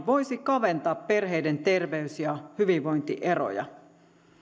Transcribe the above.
voisi kaventaa perheiden terveys ja hyvinvointieroja arvoisa